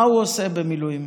מה הוא עושה במילואים,